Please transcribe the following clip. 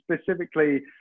specifically